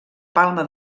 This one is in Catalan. palma